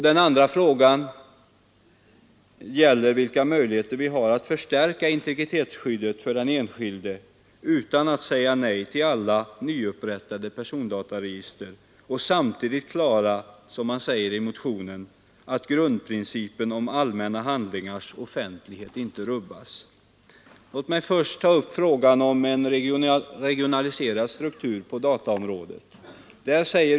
Den andra frågan gäller vilka möjligheter vi har att förstärka integritetsskyddet för den enskilde utan att säga nej till alla nyupprättade persondataregister och samtidigt klara, som man säger i motionen, att grundprincipen om allmänna handlingars offentlighet inte rubbas. Låt mig först ta upp frågan om en regionaliserad struktur på dataområdet.